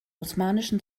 osmanischen